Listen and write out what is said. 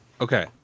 okay